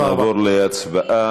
אנחנו נעבור להצבעה.